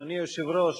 אדוני היושב-ראש,